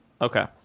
Okay